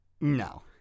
No